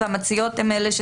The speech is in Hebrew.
להסכים.